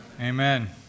Amen